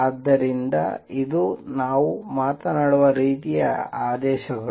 ಆದ್ದರಿಂದ ಇದು ನಾವು ಮಾತನಾಡುವ ರೀತಿಯ ಆದೇಶಗಳು